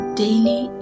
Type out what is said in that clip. daily